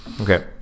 Okay